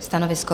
Stanovisko?